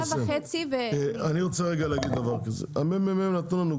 אני רוצה להגיד רגע דבר כזה: ה-ממ"מ נתנו לנו,